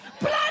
blood